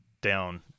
down